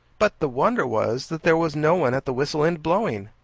but the wonder was that there was no one at the whistle end blowing,